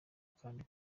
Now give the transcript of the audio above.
kandi